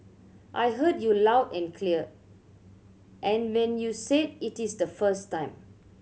I heard you loud and clear and when you said it is the first time